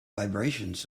vibrations